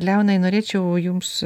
leonai norėčiau jums